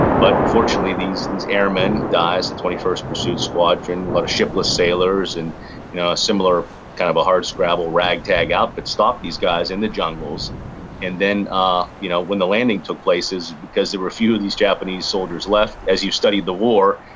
but fortunately these these airmen, dyess, the twenty first pursuit squadron, a lot of shipless sailors, and you know a similar kind of a hard-scrabble, ragtag outfit stopped these guys in the jungles and then ah you know when the landing took place is because there were few of these japanese soldiers left. as you've studied the war,